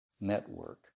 network